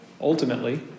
ultimately